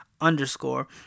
underscore